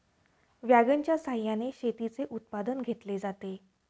वॅगनच्या सहाय्याने शेतीचे उत्पादन घेतले जाते